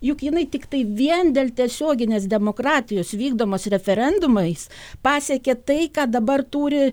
juk jinai tiktai vien dėl tiesioginės demokratijos vykdomos referendumais pasiekė tai ką dabar turi